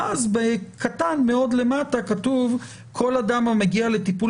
ואז בקטן מאוד למטה כתוב: כל אדם המגיע לטיפול